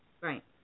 Right